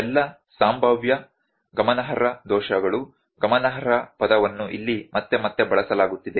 ಎಲ್ಲಾ ಸಂಭಾವ್ಯ ಗಮನಾರ್ಹ ದೋಷಗಳು ಗಮನಾರ್ಹ ಪದವನ್ನು ಇಲ್ಲಿ ಮತ್ತೆ ಮತ್ತೆ ಬಳಸಲಾಗುತ್ತಿದೆ